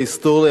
ההיסטוריה,